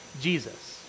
Jesus